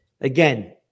Again